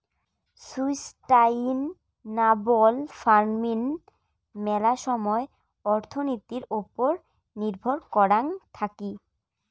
sustainable farming মেলা সময় অর্থনীতির ওপর নির্ভর করাং থাকি